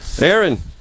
Aaron